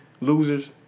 losers